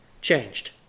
changed